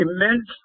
immense